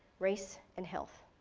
race, and health.